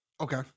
Okay